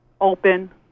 open